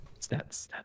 stats